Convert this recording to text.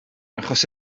achos